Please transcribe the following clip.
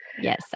yes